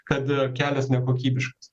kad kelias nekokybiškas